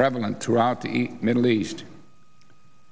prevalent throughout the middle east